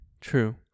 True